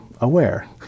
aware